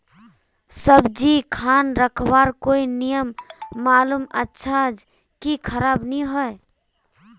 सब्जी खान रखवार कोई नियम मालूम अच्छा ज की खराब नि होय?